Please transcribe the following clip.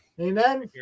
Amen